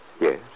Yes